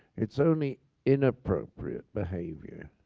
it's only inappropriate behavior